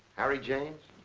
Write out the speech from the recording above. harry james?